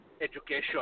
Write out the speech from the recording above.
education